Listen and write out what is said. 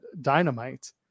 Dynamite